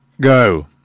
Go